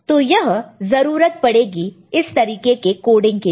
तो यह जरूरत पड़ेगी इस तरीके के कोडिंग के लिए